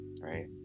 right